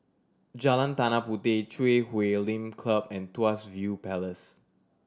Jalan Tanah Puteh Chui Huay Lim Club and Tuas View Palace